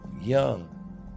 young